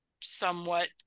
somewhat